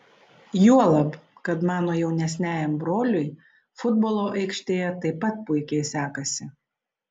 juolab kad mano jaunesniajam broliui futbolo aikštėje taip pat puikiai sekasi